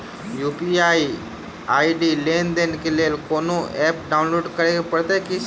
UPI ID लेनदेन केँ लेल कोनो ऐप डाउनलोड करऽ पड़तय की सर?